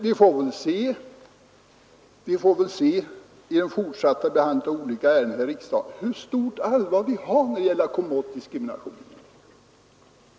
Vi får väl se vid den fortsatta behandlingen av olika ärenden i riksdagen hur allvarlig viljan är att undanröja diskriminering.